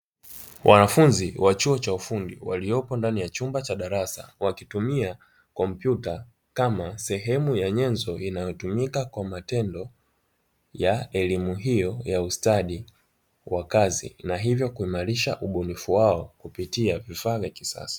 Wanafunzi wa chuo cha ufundi waliopo ndani ya chumba cha darasa, wakitumia kompyuta kama sehemu ya nyenzo; inayotumika kwa matendo ya elimu hiyo ya ustadi wa kazi na hivyo kuimarisha ubunifu wao kupitia vifaa vya kisasa.